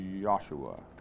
Joshua